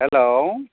hello